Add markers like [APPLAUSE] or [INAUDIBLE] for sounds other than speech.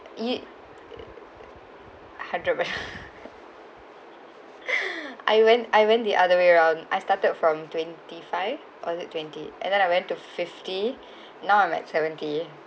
you [NOISE] heart drop ya [LAUGHS] I went I went the other way round I started from twenty five or is it twenty and then I went to fifty [BREATH] now I'm at seventy